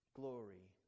glory